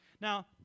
Now